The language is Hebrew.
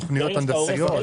תוכניות הנדסיות.